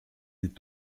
est